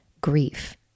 grief